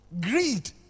greed